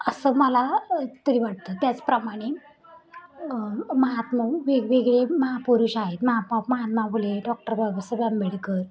असं मला तरी वाटतं त्याचप्रमाणे महात्मा वेगवेगळे महापुरुष आहेत महा महात्मा फुले डॉक्टर बाबासाहेब आंबेडकर